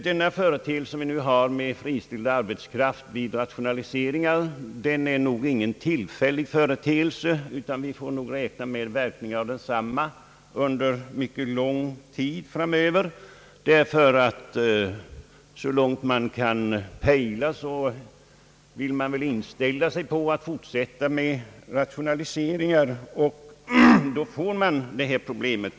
Den nuvarande företeelsen med friställd arbetskraft vid rationaliseringar är nog ingen tillfällighet, utan vi får säkert räkna med verkningar av densamma under mycket lång tid framöver, ty så långt det nu går att pejla kommer man väl att fortsätta med rationaliseringar, och då får man det här problemet.